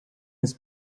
his